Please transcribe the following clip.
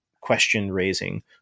question-raising